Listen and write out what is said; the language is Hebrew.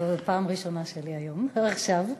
זאת הפעם הראשונה שלי היום, עכשיו.